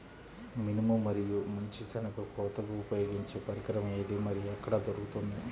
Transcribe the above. మినుము మరియు మంచి శెనగ కోతకు ఉపయోగించే పరికరం ఏది మరియు ఎక్కడ దొరుకుతుంది?